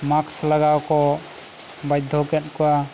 ᱢᱟᱠᱥ ᱞᱟᱜᱟᱣ ᱠᱚ ᱵᱟᱫᱽᱫᱷᱚ ᱠᱮᱫ ᱠᱚᱣᱟ